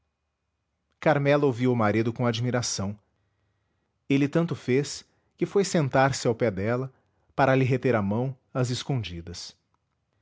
ouvia o marido com admiração ele tanto fez que foi sentar-se ao pé dela para lhe reter a mão às escondidas